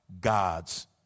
God's